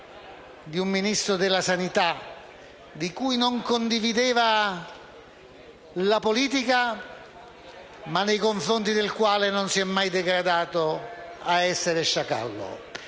di un Ministro della sanità di cui non condivideva la politica, ma nei confronti del quale non si è mai degradato a essere sciacallo.